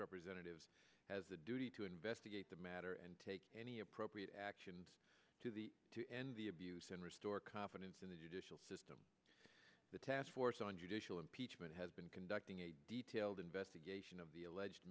representatives has a duty to investigate the matter and take any appropriate action to the to end the abuse and restore confidence in the judicial system the task force on judicial impeachment has been conducting a detailed investigation of the alleged